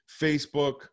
Facebook